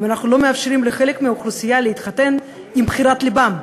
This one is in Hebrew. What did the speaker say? אם אנחנו לא מאפשרים לחלק מהאוכלוסייה להתחתן עם בחירת לבם,